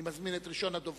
אני מזמין את ראשון הדוברים,